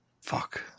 Fuck